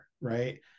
right